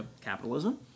capitalism